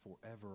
forever